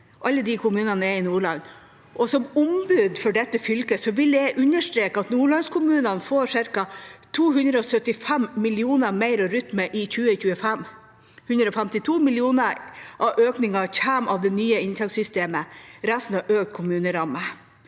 Alle disse kommunene er i Nordland, og som ombud for dette fylket vil jeg understreke at nordlandskommunene får ca. 275 mill. kr mer å rutte med i 2025. 152 mill. kr av økningen kommer av det nye inntektssystemet, og resten kommer av økt kommuneramme.